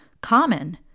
common